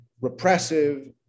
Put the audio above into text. repressive